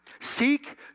Seek